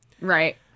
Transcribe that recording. Right